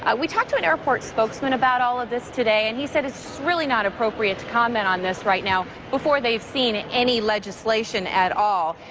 ah we talked to an airport spoke man about all of this today an and he said it's really not appropriate to comment on this right now before they have seen any legislation at all.